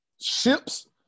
Ships